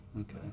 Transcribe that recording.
Okay